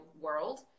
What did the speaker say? world